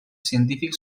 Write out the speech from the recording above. científics